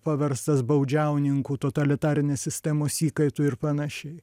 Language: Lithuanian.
paverstas baudžiauninku totalitarinės sistemos įkaitu ir panašiai